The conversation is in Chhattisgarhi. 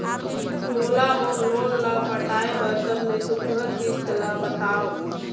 मोला मोर लोन ला पटाए बर सबले सुघ्घर किस्त ला बताव?